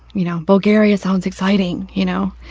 you know, bulgaria sounds exciting, you know.